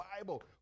Bible